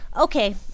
okay